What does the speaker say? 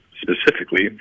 specifically